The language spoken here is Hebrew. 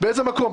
באיזה מקום?